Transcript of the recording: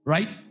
Right